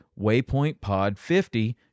waypointpod50